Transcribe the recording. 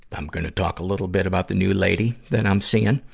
i'm gonna talk a little bit about the new lady that i'm seeing.